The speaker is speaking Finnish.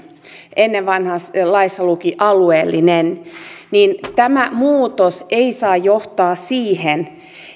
ennen vanhaan laissa luki alueellinen tämä muutos ei saa johtaa siihen